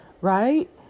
right